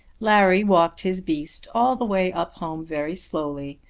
larry walked his beast all the way up home very slowly,